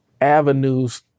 avenues